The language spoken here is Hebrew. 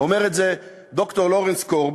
אומר את זה ד"ר לורנס קורב,